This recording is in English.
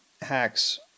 hacks